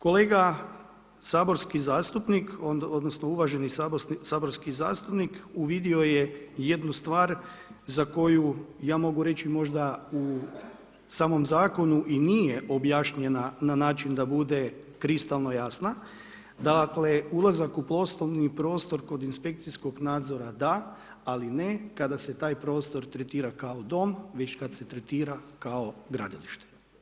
Kolega saborski zastupnik odnosno uvaženi saborski zastupnik uvidio je jednu stvar za koju ja mogu reći možda u samom zakonu i nije objašnjena na način da bude kristalno jasna, dakle ulazak u poslovni prostor kod inspekcijskog nadzora da, ali ne kada se taj prostor tretira kao dom već kad se tretira kao gradilište.